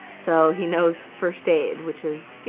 so he knows first aid, which is